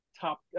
top